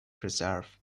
preserve